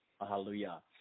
hallelujah